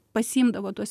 pasiimdavo tuos